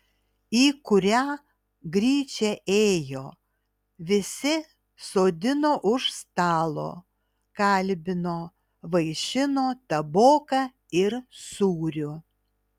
į kurią gryčią ėjo visi sodino už stalo kalbino vaišino taboka ir sūriu